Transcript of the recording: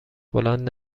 بلند